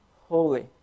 holy